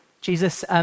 Jesus